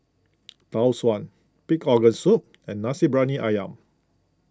Tau Suan Pig's Organ Soup and Nasi Briyani Ayam